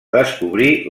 descobrir